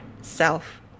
self